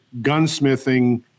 gunsmithing